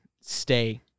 stay